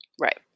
Right